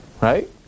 Right